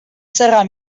zerra